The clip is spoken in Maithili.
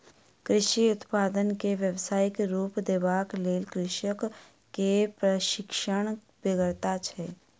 कृषि उत्पाद के व्यवसायिक रूप देबाक लेल कृषक के प्रशिक्षणक बेगरता छै